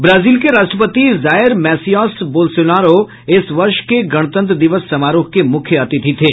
Brazil के राष्ट्रपति Jair Messias Bolsonaro इस वर्ष के गणतंत्र दिवस समारोह के मुख्य अतिथि थे